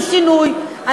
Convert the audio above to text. גם בתיקון 100 עשינו שינוי.